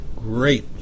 great